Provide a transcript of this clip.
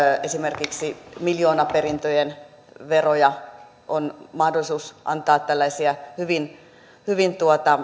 esimerkiksi miljoonaperintöjen veroja on mahdollisuus antaa tällaisia hyvin hyvin